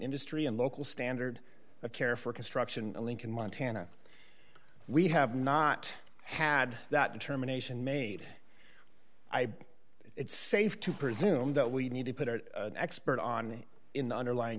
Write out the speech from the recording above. industry and local standard of care for construction in lincoln montana we have not had that determination made i it's safe to presume that we need to put our expert on in the underlying